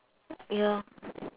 ya